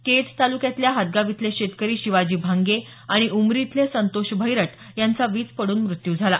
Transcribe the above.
केज ताल्क्यातल्या हादगाव इथले शेतकरी शिवाजी भांगे आणि उमरी इथले संतोष भैरट यांचा वीज पडून मृत्यू झाला